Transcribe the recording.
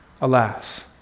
alas